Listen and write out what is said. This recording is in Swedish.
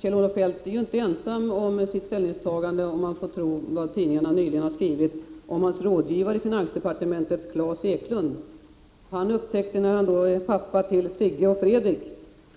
Kjell-Olof Feldt är inte ensam om sitt ställningstagande, om man får tro vad tidningarna nyligen har skrivit om hans rådgivare i finansdepartementet Klas Eklund. Som pappa till Sigge och Fredrik